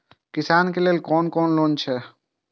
किसान के लेल कोन कोन लोन हे छे?